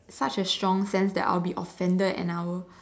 such a strong sense that I will be offended and I will